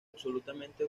absolutamente